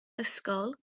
ysgol